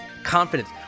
confidence